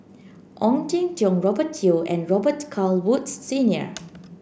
Ong Jin Teong Robert Yeo and Robet Carr Woods Senior